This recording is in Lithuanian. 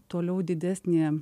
toliau didesnį